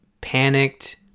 panicked